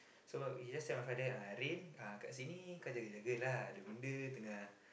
so he just tell my father ah Rin ah kat sini kau jaga-jagalah ada benda tengah